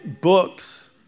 books